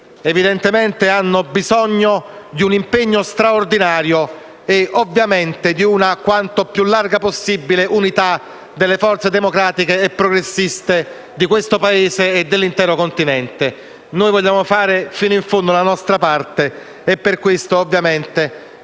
evidentemente hanno bisogno di un impegno straordinario e, ovviamente, di una quanto più larga possibile unità delle forze democratiche e progressiste di questo Paese e dell'intero Continente. Noi vogliamo fare fino in fondo la nostra parte e per questo crediamo